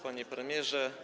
Panie Premierze!